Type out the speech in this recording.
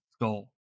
goal